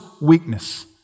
weakness